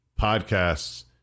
podcasts